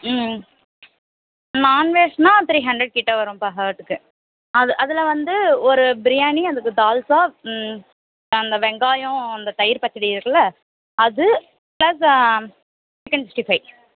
ம் நான்வெஜ்ஜுனா three hundred கிட்டே வரும் பெர் ஹெட்டுக்கு அது அதில் வந்து ஒரு பிரியாணி அதுக்கு தால்ச்சா அந்த வெங்காயம் அந்த தயிர் பச்சடி இருக்குதுல அது ப்ளஸ் சிக்கன் சிஸ்ட்டி ஃபைவ்